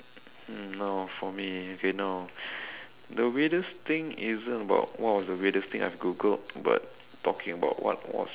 hmm no for me okay no the weirdest thing isn't about what was the weirdest thing I've Googled but talking about what was